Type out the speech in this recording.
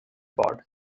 pod